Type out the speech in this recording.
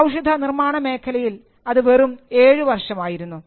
ഔഷധ നിർമ്മാണ മേഖലയിൽ അത് വെറും ഏഴു വർഷമായിരുന്നു